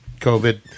COVID